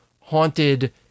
haunted